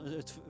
het